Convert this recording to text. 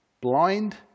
Blind